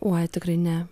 oi tikrai ne